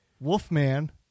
Wolfman